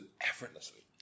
effortlessly